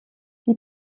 die